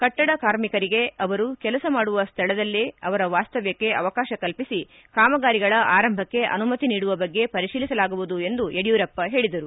ಕಟ್ಟಡ ಕಾರ್ಮಿಕರಿಗೆ ಅವರು ಕೆಲಸ ಮಾಡುವ ಸ್ಥಳದಲ್ಲೇ ಅವರ ವಾಸ್ತವ್ಯಕ್ಷೆ ಅವಕಾಶ ಕಲ್ಪಿಸಿ ಕಾಮಗಾರಿಗಳ ಆರಂಭಕ್ಕೆ ಅನುಮತಿ ನೀಡುವ ಬಗ್ಗೆ ಪರಿಶೀಲಿಸಲಾಗುವುದು ಎಂದರು ಯಡಿಯೂರಪ್ಪ ಹೇಳಿದರು